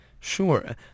Sure